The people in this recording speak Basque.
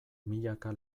milaka